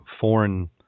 foreign